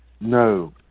No